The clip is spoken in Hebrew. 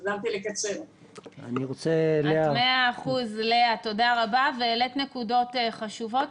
תודה רבה, העלית נקודות חשובות.